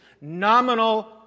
nominal